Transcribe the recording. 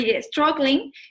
struggling